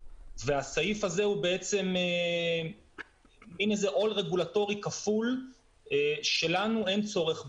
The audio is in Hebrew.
הסעיף הזה עם איזה על רגולטורי כפול שלנו אין צורך בו.